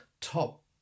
top